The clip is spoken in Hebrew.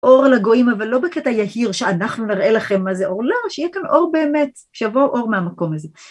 אור לגויים אבל לא בקטע יהיר שאנחנו נראה לכם מה זה אור, לא, שיהיה כאן אור באמת, שיבוא אור מהמקום הזה.